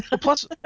Plus